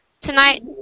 tonight